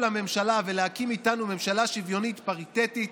לממשלה ולהקים איתנו ממשלה שוויונית פריטטית